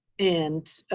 and